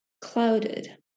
clouded